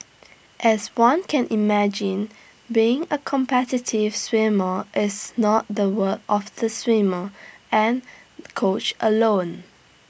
as one can imagine being A competitive swimmer is not the work of the swimmer and coach alone